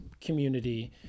community